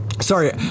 sorry